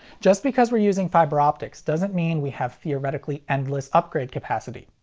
just because we're using fiber optics doesn't mean we have theoretically endless upgrade capacity.